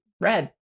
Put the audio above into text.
red